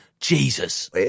Jesus